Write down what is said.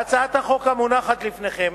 בהצעת החוק המונחת לפניכם